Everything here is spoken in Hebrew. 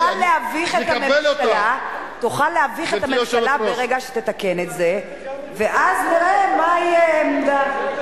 תוכל להביך את הממשלה ברגע שתתקן את זה ואז נראה מה תהיה העמדה.